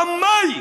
רמאי,